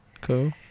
Cool